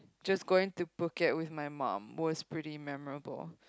just going to Phuket with my mum was pretty memorable